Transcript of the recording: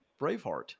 Braveheart